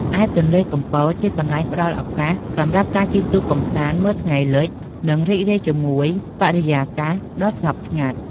ឯទន្លេកំពត ជាកន្លែងផ្តល់ឱកាសសម្រាប់ការជិះទូកកម្សាន្ត មើលថ្ងៃលិច និងរីករាយជាមួយបរិយាកាសដ៏ស្ងប់ស្ងាត់។